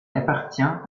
appartient